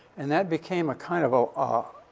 and that became a kind of a ah